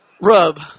rub